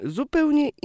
zupełnie